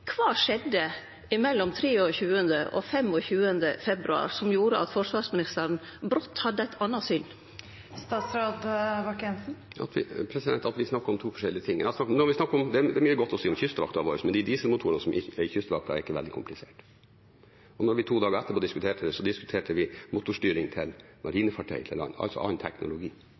Kva skjedde mellom den 23. og 25. februar som gjorde at forsvarsministeren brått hadde eit anna syn? Vi snakker om to forskjellige ting. Det er mye godt å si om Kystvakten vår, men de dieselmotorene som er i Kystvakten, er ikke veldig kompliserte. Når vi to dager etterpå diskuterte, diskuterte vi motorstyring til marinefartøy, altså annen teknologi.